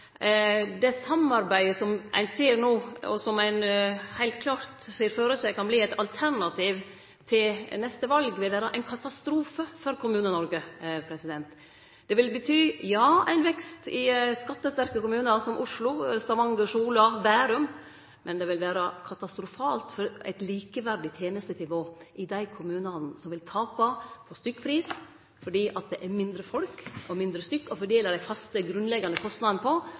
Det samarbeidet som ein ser no, og som ein heilt klart ser for seg kan verte eit alternativ til neste val, vil vere ein katastrofe for Kommune-Noreg. Det vil bety ja, ein vekst i skattesterke kommunar som Oslo, Stavanger, Sola, Bærum, men det vil vere katastrofalt for eit likeverdig tenestetilbod i dei kommunane som vil tape på stykkpris – fordi det er færre å fordele dei faste, grunnleggjande kostnadene på